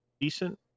decent